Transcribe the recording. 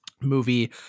movie